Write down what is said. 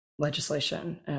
legislation